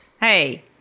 Hey